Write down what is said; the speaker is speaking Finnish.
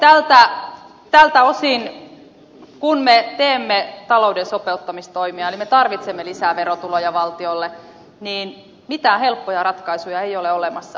mutta tältä osin kun me teemme talouden sopeuttamistoimia eli me tarvitsemme lisää verotuloja valtiolle niin mitään helppoja ratkaisuja ei ole olemassa